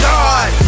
God